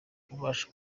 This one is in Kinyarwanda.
kubasha